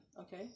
okay